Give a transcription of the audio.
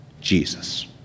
Jesus